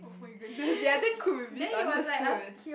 my goodness ya that could be misunderstood